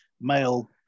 male